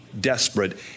desperate